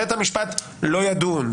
בית המשפט לא ידון.